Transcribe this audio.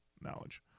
knowledge